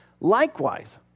Likewise